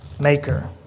maker